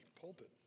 pulpit